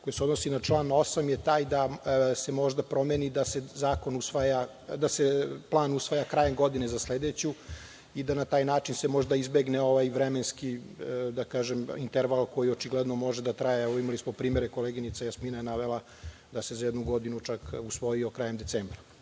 koji se odnosi na član 8. je taj da se možda promeni da se plan usvaja krajem godine za sledeću i da na taj način se možda izbegne ovaj vremenski interval, koji očigledno može da traje. Imali smo primere, koleginica Jasmina je navela, da se za jednu godinu usvojio čak krajem decembra.